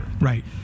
Right